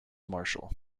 martial